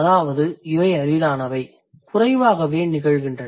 அதாவது இவை அரிதானவை குறைவாகவே நிகழ்கின்றன